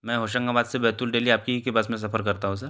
मैं होशंगाबाद से बैतुल डेली आप ही के बस में सफ़र करता हूँ सर